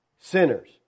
sinners